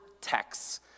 texts